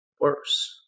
worse